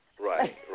Right